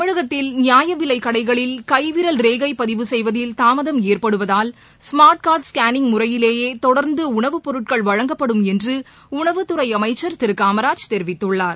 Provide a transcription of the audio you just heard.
தமிழகத்தில் நியாயவிலைக் கடைகளில் கைவிரல் ரேகைபதிவு செய்வதில் தாமதம் ஏற்படுவதால் ஸ்மார்ட் கார்டு ஸ்கேளிய் முறையிலேயேதொடர்ந்தஉணவுப் பொருட்கள் வழங்கப்படும் என்றுஉணவுத்துறைஅமைச்சர் திருகாமராஜ் தெரிவித்துள்ளார்